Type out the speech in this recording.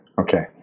okay